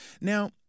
Now